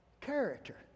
character